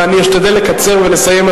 ואני אשתדל לקצר ולסיים,